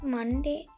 Monday